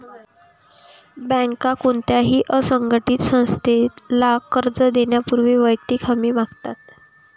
बँका कोणत्याही असंघटित संस्थेला कर्ज देण्यापूर्वी वैयक्तिक हमी मागतात